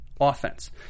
offense